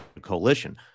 coalition